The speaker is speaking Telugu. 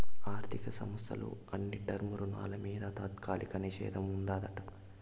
ఆర్థిక సంస్థల అన్ని టర్మ్ రుణాల మింద తాత్కాలిక నిషేధం ఉండాదట